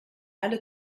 alle